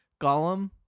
Gollum